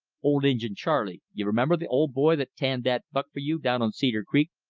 old injin charley you remember, the old boy that tanned that buck for you down on cedar creek.